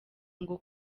ngo